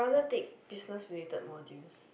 rather take business related to modules